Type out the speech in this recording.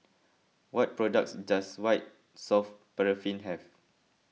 what products does White Soft Paraffin have